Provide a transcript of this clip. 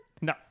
No